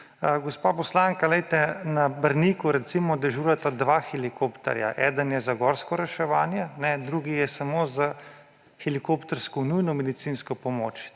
Gospa poslanka, poglejte, na Brniku, recimo, dežurata dva helikopterja: eden je za gorsko reševanje, drugi je samo za helikoptersko nujno medicinsko pomoč,